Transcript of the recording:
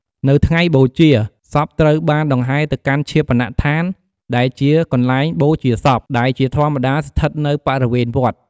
នៅថ្ងៃបូជា សពត្រូវបានដង្ហែទៅកាន់ឈាបនដ្ឋាន ដែលជាកន្លែងបូជាសព ដែលជាធម្មតាស្ថិតនៅបរិវេណវត្ត។